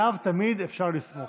עליו תמיד אפשר לסמוך.